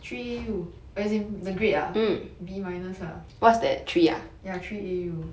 three A_U as in the grade ah B minus lah ya three A_U